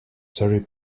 terry